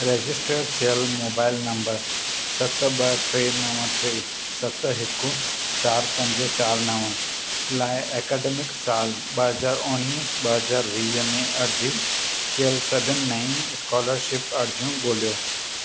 रजिस्टरु थियल mobile number सत ॿ टे नव टे सत हिकु चारि पंज चारि नव ऐकडेमिक साल ॿ हज़ार उणिवीह ॿ हज़ार वीह में अर्ज़ी कयलु सघनि नइ स्कोलरशिप अर्ज़ियूं ॻोल्हियो